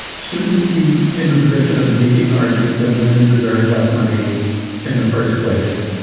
shouldn't be in the position of making the argument that women deserve less money in the first place.